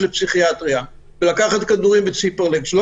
לפסיכיאטריה ולקחת כדורים כמו ציפרלקס.